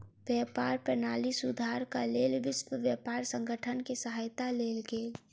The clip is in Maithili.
व्यापार प्रणाली सुधारक लेल विश्व व्यापार संगठन के सहायता लेल गेल